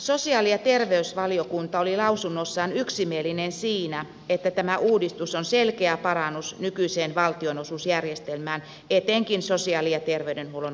sosiaali ja terveysvaliokunta oli lausunnossaan yksimielinen siinä että tämä uudistus on selkeä parannus nykyiseen valtionosuusjärjestelmään etenkin sosiaali ja terveydenhuollon osalta